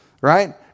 right